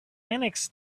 linux